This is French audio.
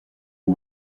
une